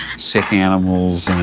sick animals,